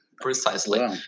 Precisely